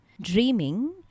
dreaming